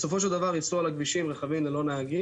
בסופו של דבר ייסעו על הכבישים רכבים ללא נהגים